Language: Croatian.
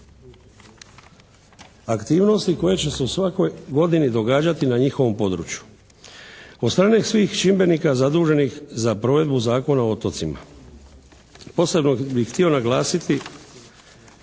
aktivnosti koje će se u svakoj godini događati na njihovom području od strane svih čimbenika zaduženih za provedbu Zakona o otocima. Posebno bih htio naglasiti